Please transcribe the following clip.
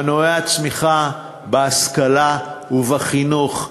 מנועי הצמיחה הם בהשכלה ובחינוך,